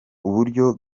uburyo